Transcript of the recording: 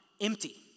empty